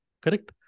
Correct